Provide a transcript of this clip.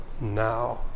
now